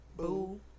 Boo